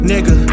Nigga